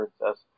princess